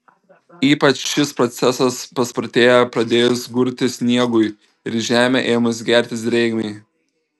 ypač šis procesas paspartėja pradėjus gurti sniegui ir į žemę ėmus gertis drėgmei